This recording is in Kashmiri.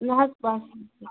نہ حظ بَس